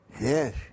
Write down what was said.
Yes